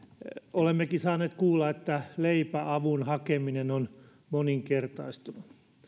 olemmekin saaneet kuulla että leipäavun hakeminen on moninkertaistunut